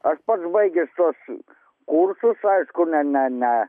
aš pats baigęs tuos kursus aišku ne ne ne